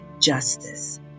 justice